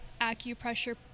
acupressure